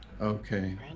Okay